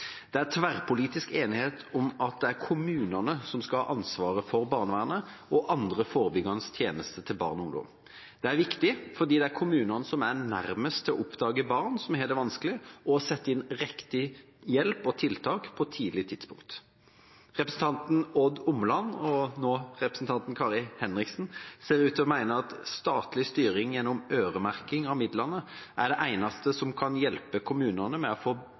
Det er tverrpolitisk enighet om at det er kommunene som skal ha ansvaret for barnevernet og andre forebyggende tjenester for barn og ungdom. Det er viktig, fordi det er kommunene som er nærmest til å oppdage barn som har det vanskelig og sette inn riktig hjelp og tiltak på et tidlig tidspunkt. Representanten Odd Omland, og nå representanten Kari Henriksen, ser ut til å mene at statlig styring gjennom øremerking av midlene er det eneste som kan hjelpe kommunene med å få